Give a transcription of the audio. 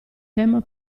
tema